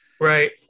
Right